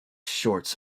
shorts